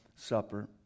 Supper